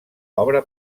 obra